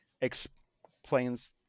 explains